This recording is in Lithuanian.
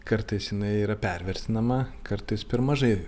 kartais jinai yra pervertinama kartais per mažai